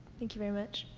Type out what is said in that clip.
thank you very much.